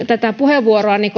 tätä puheenvuoroani